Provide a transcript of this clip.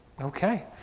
Okay